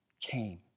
came